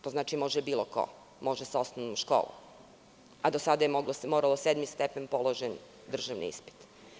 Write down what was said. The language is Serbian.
To znači da može bilo ko, može i sa osnovnom školom, a do sada je moralo sedmi stepen, položen državni ispit.